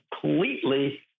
completely